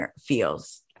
feels